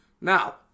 Now